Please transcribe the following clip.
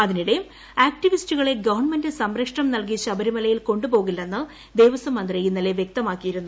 അതിനിടെ ആക്ടിവിസ്റ്റുകളെ ഗവൺമെന്റ് സംരക്ഷണം നൽകി ശബരിമലയിൽ കൊണ്ടുപോകില്ലെന്ന് ദേവസ്വം മന്ത്രി ഇന്നലെ വൃക്തമാക്കിയിരുന്നു